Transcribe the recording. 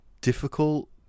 difficult